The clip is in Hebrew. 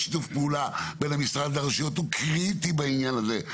שיתוף פעולה בין המשרד לרשויות הוא קריטי בעניין הזה.